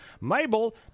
Mabel